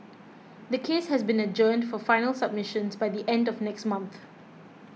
the case has been adjourned for final submissions by the end of next month